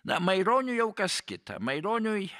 na maironio jau kas kita maironiui